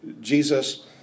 Jesus